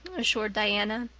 assured diana.